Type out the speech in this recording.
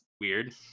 weird